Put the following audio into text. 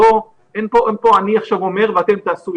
אין פה: אני עכשיו אומר ואתם תעשו,